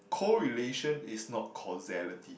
correlation is not causality